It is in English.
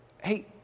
Hey